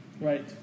Right